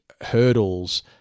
hurdles